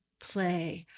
play.